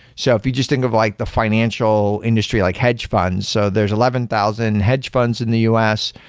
so if you just think of like the financial industry, like hedge funds. so there're eleven thousand hedge funds in the u s.